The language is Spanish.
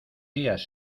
días